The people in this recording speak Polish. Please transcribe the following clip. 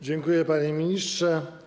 Dziękuję, panie ministrze.